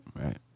right